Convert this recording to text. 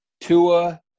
Tua